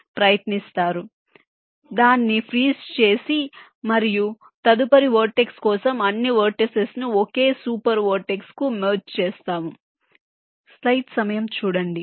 తీసుకో దాన్ని ఫ్రీజ్ చెయ్యి మరియు తదుపరి వెర్టెక్స్ కోసం అన్ని వెర్టిసిస్ ను ఒకే సూపర్ వెర్టెక్స్ కు మెర్జ్ చేయండి